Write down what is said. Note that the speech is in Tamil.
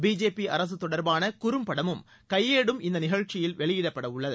பிஜேபி அரசு தொடர்பான குறும்படமும் கையேடும் இந்த நிகழ்ச்சியில் வெளியிடப்படவுள்ளது